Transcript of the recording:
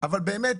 אבל הם באמת